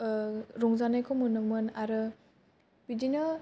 रं जानायखौ मोनोमोन आरो बिदिनो